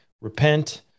Repent